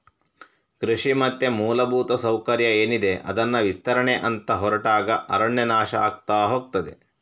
ಕೃಷಿ ಮತ್ತೆ ಮೂಲಭೂತ ಸೌಕರ್ಯ ಏನಿದೆ ಅದನ್ನ ವಿಸ್ತರಣೆ ಅಂತ ಹೊರಟಾಗ ಅರಣ್ಯ ನಾಶ ಆಗ್ತಾ ಹೋಗ್ತದೆ